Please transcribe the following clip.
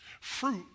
fruit